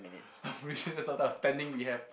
I'm pretty sure standing we have